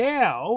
now